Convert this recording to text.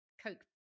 Coke